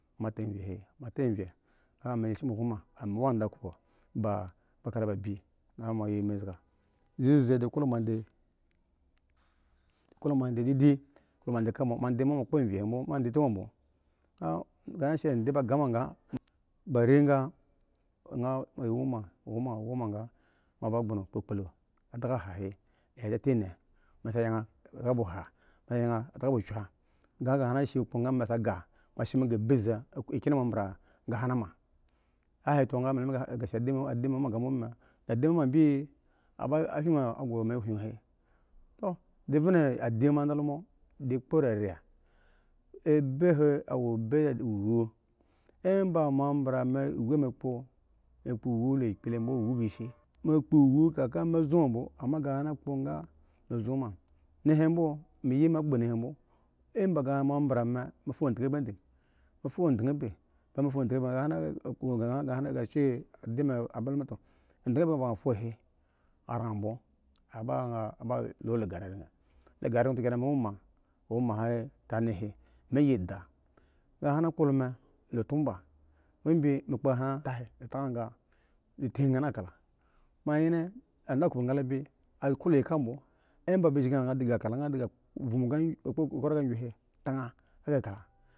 Evi he bino ga kahan shi kpadayade agama ande he to a ba ri evi he to ga moba gbono awhara an ya ne adaga aha aha, lawhara adaga awhara ari yane adaga aha lawhara daga bo ha yeni tama akpki awhara be kya he to mi tenma ma. a whara a daga bo kya to mi tinima wai ga adana mi wo mo bmo ibi emba mbra mi mi kpo lulu ka ka mi ba zo ma bmo kahan kpo whko mi da mi zoma emba to bi mi fo endang ebe ga anda mi ta endan ebe to fofo ga mi kpo do. emba mi wo engla yen otomo di shiw engla ga ami kpa mo kyenzbe mi abaga di ga ako akala digaake khala.